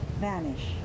vanish